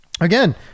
again